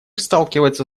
сталкивается